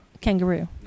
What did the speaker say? kangaroo